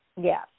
Yes